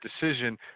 decision